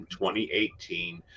2018